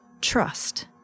Trust